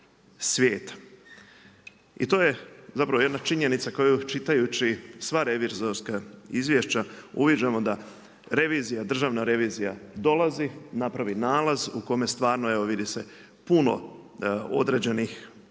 I to je zapravo jedna činjenica koju čitajući sva revizorska izvješća uviđamo da revizija, Državna revizija dolazi, napravi nalaz u kome stvarno evo vidi se puno određenih ja bih